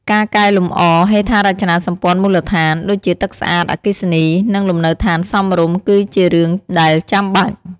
ការកែលម្អ ហេដ្ឋារចនាសម្ព័ន្ធមូលដ្ឋាន ដូចជាទឹកស្អាត អគ្គិសនី និងលំនៅឋានសមរម្យ គឺជារឿងដែលចាំបាច់។